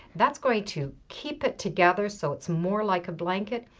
that's going to keep it together so it's more like a blanket.